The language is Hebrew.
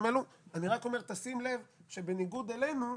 אני רק אומר שצריך לשים לב שבניגוד אלינו,